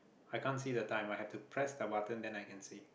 I can't see the time I have to press the button then I can see